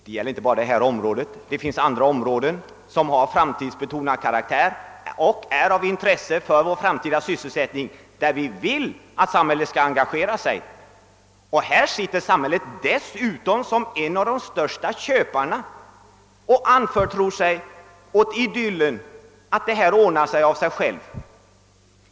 Det gäller inte bara det här området utan det finns andra områden med framtidsbetonad karaktär och av intresse för vår framtida sysselsättning där vi vill ha samhälleligt engagemang. Samhället är dessutom en av de största köparna av datamaskiner men hänger sig ändå åt det idylliska tänkandet att saken ordnar sig av sig själv.